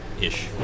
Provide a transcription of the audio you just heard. Ish